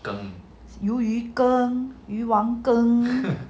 羹鱿鱼羹鱼丸羹